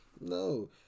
no